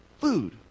food